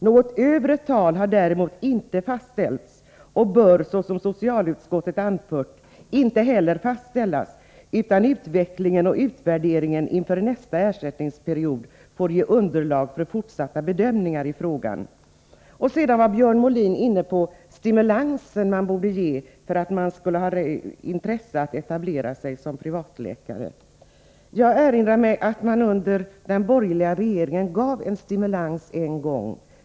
Något övre tal har däremot inte fastställts och bör, såsom socialutskottet anfört, inte heller fastställas, utan utvecklingen och utvärderingen inför nästa ersättningsperiod får ge underlag för fortsatta bedömningar i frågan.” Björn Molin var inne på olika stimulanser som borde ges för att man skulle öka intresset att etablera sig som privatläkare. Jag erinrar mig att man under den borgerliga regeringen gav en sådan stimulans en gång.